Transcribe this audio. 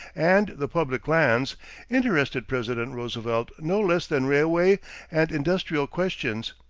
and the public lands interested president roosevelt no less than railway and industrial questions.